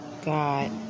God